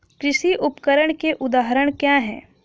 कृषि उपकरण के उदाहरण क्या हैं?